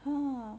!huh!